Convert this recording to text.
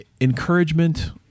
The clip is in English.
encouragement